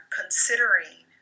considering